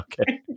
Okay